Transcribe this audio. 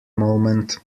moment